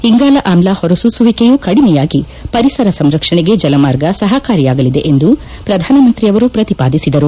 ಇಂಗಾಲ ಆಮ್ಲ ಹೊರಸೂಸುವಿಕೆಯೂ ಕಡಿಮೆಯಾಗಿ ಪರಿಸರ ಸಂರಕ್ಷಣೆಗೆ ಜಲಮಾರ್ಗ ಸಹಕಾರಿಯಾಗಲಿದೆ ಎಂದು ಪ್ರಧಾನ ಮಂತ್ರಿ ಅವರು ಪ್ರತಿಪಾದಿಸಿದರು